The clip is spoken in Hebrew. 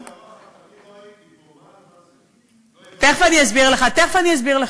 לא הבנתי מההתחלה, תכף אני אסביר לך.